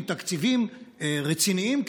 עם תקציבים רציניים,